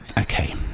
Okay